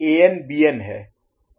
RB N BN है